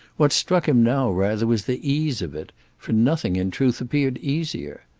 what struck him now rather was the ease of it for nothing in truth appeared easier.